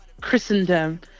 christendom